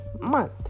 month